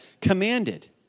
commanded